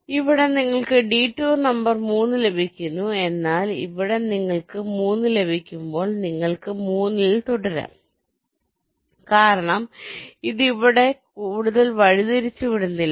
അതിനാൽ ഇവിടെ നിങ്ങൾക്ക് ഡിടൂർ നമ്പർ 3 ലഭിക്കുന്നു എന്നാൽ ഇവിടെ നിങ്ങൾക്ക് 3 ലഭിക്കുമ്പോൾ നിങ്ങൾക്ക് 3 ൽ തുടരാം കാരണം ഇത് ഇവിടെ കൂടുതൽ വഴിതിരിച്ചുവിടുന്നില്ല